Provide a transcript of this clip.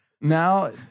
now